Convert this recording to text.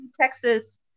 texas